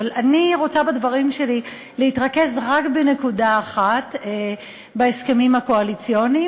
אבל אני רוצה בדברים שלי להתרכז רק בנקודה אחת בהסכמים הקואליציוניים,